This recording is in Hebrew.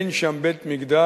אין שם בית-מקדש.